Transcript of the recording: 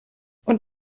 und